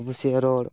ᱟᱵᱚ ᱥᱮᱭᱟᱜ ᱨᱚᱲ